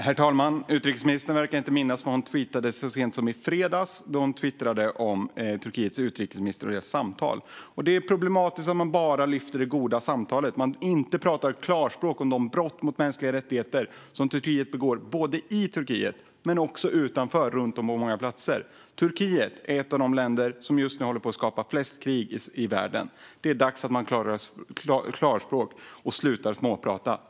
Herr talman! Utrikesministern verkar inte minnas vad hon twittrade så sent som i fredags. Hon twittrade om Turkiets utrikesminister och deras samtal. Det är problematiskt om man bara lyfter fram det goda samtalet och inte talar klarspråk om de brott mot mänskliga rättigheter som Turkiet begår både i Turkiet och utanför landet runt om på många platser. Turkiet är just nu ett av de länder som håller på att skapa flest krig i världen. Det är dags att man talar klarspråk och slutar småprata.